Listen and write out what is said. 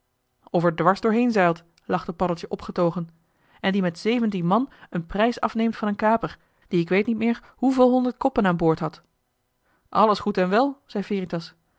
er dwars doorheen zeilt lachte paddeltje opgetogen en die met zeventien man een prijs afneemt van een kaper die k weet niet meer hoeveel honderd koppen aan boord had alles goed en wel zei